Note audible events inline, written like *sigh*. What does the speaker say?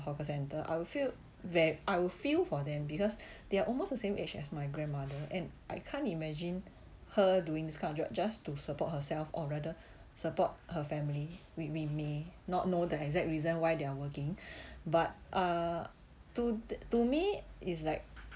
hawker centre I will feel ver~ I will feel for them because they are almost the same age as my grandmother and I can't imagine her doing this kind of job just to support herself or rather support her family we may not know the exact reason why they are working *breath* but uh to the to me it's like